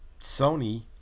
Sony